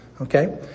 Okay